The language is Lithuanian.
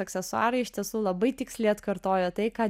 aksesuarai iš tiesų labai tiksliai atkartojo tai ką